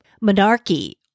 monarchy